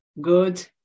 good